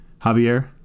Javier